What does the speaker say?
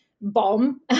bomb